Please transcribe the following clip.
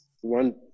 One